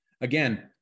Again